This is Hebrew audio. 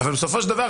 אבל בסופו של דבר,